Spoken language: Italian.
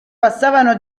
passavano